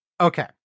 Okay